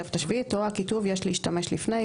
לתוספת השביעית או הכיתוב "יש להשתמש לפני",